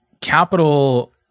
capital